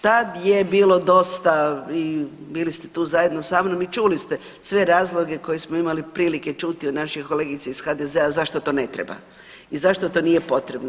Tad je bilo dosta i bili ste tu zajedno sa mnom i čuli ste sve razloge koje smo imali prilike čuti od naših kolegica iz HDZ-a zašto to ne treba i zašto to nije potrebno.